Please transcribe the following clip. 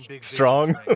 Strong